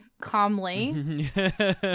calmly